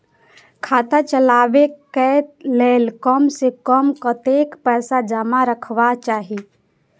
खाता चलावै कै लैल कम से कम कतेक पैसा जमा रखवा चाहि